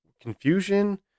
confusion